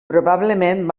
probablement